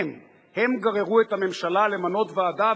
הם גררו את הממשלה למנות ועדה,